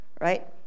right